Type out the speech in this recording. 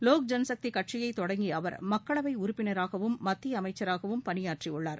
லோக் ஜன் சக்திக் கட்சியைத் தொடங்கிய அவர் மக்களவை உறுப்பினராகவும் மத்திய அமைச்சராகவும் பணியாற்றி உள்ளார்